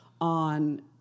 on